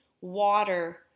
water